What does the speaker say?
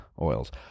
oils